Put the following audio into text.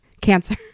Cancer